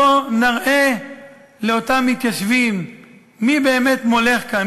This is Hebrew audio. בוא נראה לאותם מתיישבים מי באמת מולך כאן,